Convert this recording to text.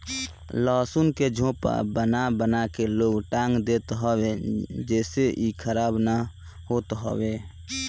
लहसुन के झोपा बना बना के लोग टांग देत हवे जेसे इ खराब ना होत हवे